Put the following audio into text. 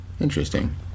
Interesting